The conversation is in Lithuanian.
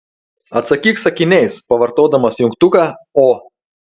atsakyk sakiniais pavartodamas jungtuką o